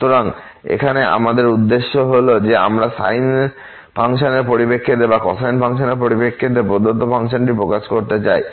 সুতরাং সেখানে আমাদের উদ্দেশ্য হল যে আমরা সাইন ফাংশনের পরিপ্রেক্ষিতে বা কোসাইন ফাংশনের পরিপ্রেক্ষিতে প্রদত্ত ফাংশনটি প্রকাশ করতে চাই